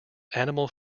animal